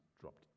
dropped